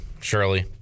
surely